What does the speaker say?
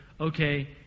okay